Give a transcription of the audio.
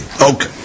Okay